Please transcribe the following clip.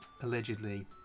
allegedly